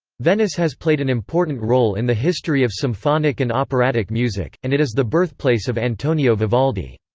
venice has played an important role in the history of symphonic and operatic music, and it is the birthplace of antonio vivaldi.